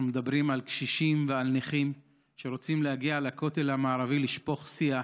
אנחנו מדברים על קשישים ועל נכים שרוצים להגיע לכותל המערבי לשפוך שיח